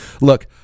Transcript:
look